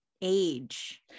age